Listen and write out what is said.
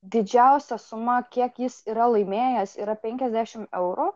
didžiausia suma kiek jis yra laimėjęs yra penkiasdešim eurų